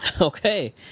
Okay